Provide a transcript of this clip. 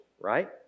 right